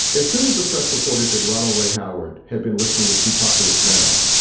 as soon as the press reported that ronald ray howard had been listening to two pacalypse now,